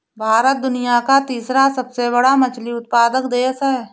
भारत दुनिया का तीसरा सबसे बड़ा मछली उत्पादक देश है